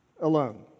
alone